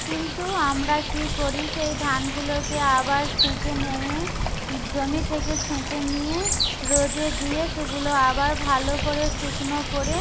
কিন্তু আমরা কী করি সেই ধানগুলোকে আবার ছেঁকে নিয়ে জমি থেকে ছেঁকে নিয়ে রোদে দিয়ে সেগুলো আবার ভালো করে শুকনো করে